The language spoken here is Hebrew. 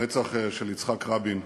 הרצח של יצחק רבין,